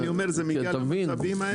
כאילו, אני אומר, זה מגיע למצבים האלה?